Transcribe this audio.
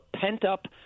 pent-up